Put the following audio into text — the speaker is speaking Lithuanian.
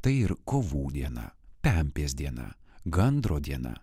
tai ir kovų diena pempės diena gandro diena